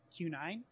Q9